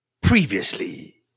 Previously